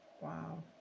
Wow